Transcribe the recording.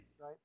right